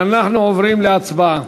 אנחנו עוברים להצבעה.